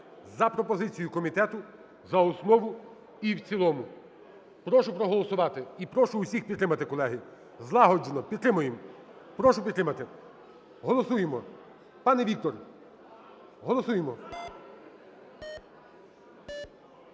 за пропозицією комітету за основу і в цілому. Прошу проголосувати і прошу всіх підтримати, колеги. Злагоджено підтримуємо. Прошу підтримати. Голосуємо. Пане Вікторе, голосуємо.